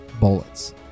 bullets